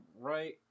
right